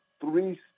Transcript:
three